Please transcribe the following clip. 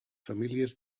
famílies